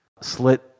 slit